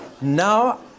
now